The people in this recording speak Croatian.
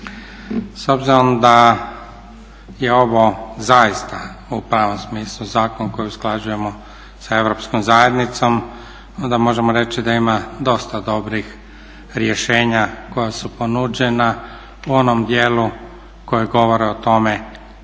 S obzirom da je ovo zaista u pravom smislu zakon koji usklađujemo sa europskom zajednicom onda možemo reći da ima dosta dobrih rješenja koja su ponuđena u onom dijelu koja govore o tome